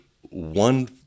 one